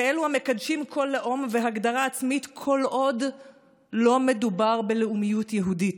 כאלו המקדשים כל לאום והגדרה עצמית כל עוד לא מדובר בלאומיות יהודית,